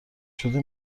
شدی